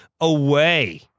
away